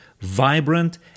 vibrant